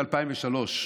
ב-2003,